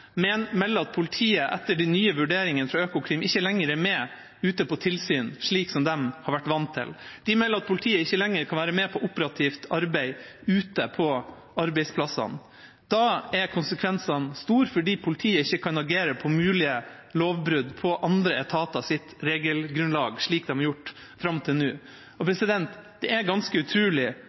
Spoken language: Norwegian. melder at politiet etter de nye vurderingene fra Økokrim ikke lenger er med ute på tilsyn, slik de har vært vant til. De melder at politiet ikke lenger kan være med på operativt arbeid ute på arbeidsplassene. Da er konsekvensene store fordi politiet ikke kan agere på mulige lovbrudd på andre etaters regelgrunnlag, slik de har gjort fram til nå. Det er ganske utrolig